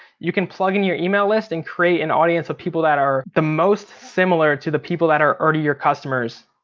you can plug in your email list and create an audience of people that are the most similar to the that are already your customers.